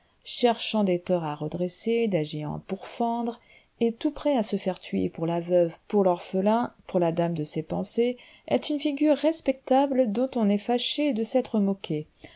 cherchant des torts à redresser des géants à pourfendre et tout prêt à se faire tuer pour la veuve pour l'orphelin pour la dame de ses pensées est une figure respectable dont on est fâché de s'être moqué